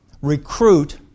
recruit